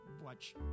watch